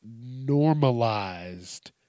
normalized